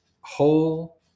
whole